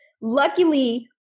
Luckily